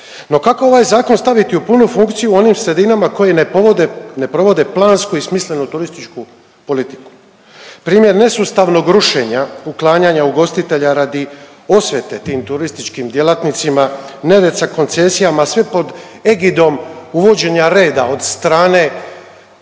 No kako ovaj zakon staviti u punu funkciju u onim sredinama koji ne provode plansku i smislenu turističku politiku? Primjer nesustavnog rušenja, uklanjanja ugostitelja radi osvete tim turističkim djelatnicima, nered sa koncesijama sve pod egidom uvođenja reda od strane